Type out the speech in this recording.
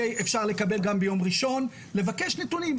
אפשר לקבל גם ביום ראשון לבקש נתונים.